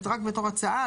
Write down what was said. זה רק בתור הצעה,